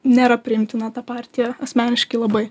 nėra priimtina ta partija asmeniškai labai